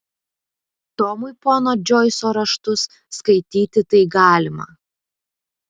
tomui pono džoiso raštus skaityti tai galima